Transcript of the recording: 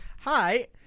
hi